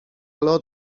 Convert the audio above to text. lot